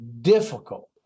Difficult